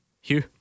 Hugh